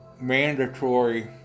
mandatory